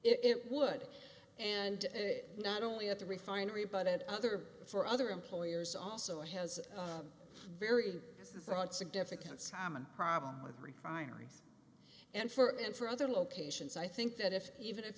it would and not only at the refinery but at other for other employers also has a very solid significance common problem with retirees and for and for other locations i think that if even if